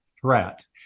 threat